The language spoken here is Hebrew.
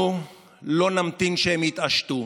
אנחנו לא נמתין שהם יתעשתו.